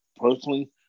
personally